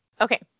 Okay